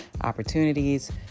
opportunities